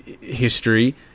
history